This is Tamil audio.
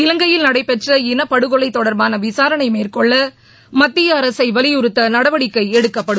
இவங்கையில் நடைபெற்ற இனபடுகொலையில் தொடர்பான விசாரணை மேற்கொள்ள மத்திய அரசை வலியுறுத்த நடவடிக்கை எடுக்கப்படும்